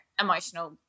emotional